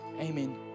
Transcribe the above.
Amen